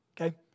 okay